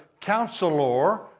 counselor